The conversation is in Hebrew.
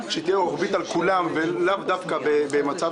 ביקשו